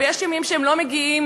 ויש ימים שהם לא מגיעים,